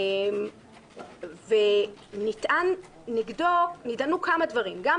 ונטענו כמה דברים נגדו.